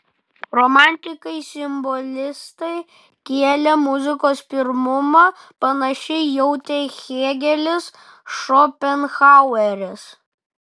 romantikai simbolistai kėlė muzikos pirmumą panašiai jautė hėgelis šopenhaueris